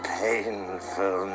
painful